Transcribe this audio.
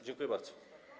Dziękuję bardzo.